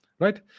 right